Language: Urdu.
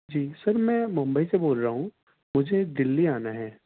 جی سر میں ممبئی سے بول رہا ہوں مجھے دلّی آنا ہے